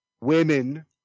women